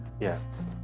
yes